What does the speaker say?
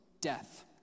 death